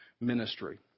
ministry